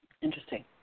Interesting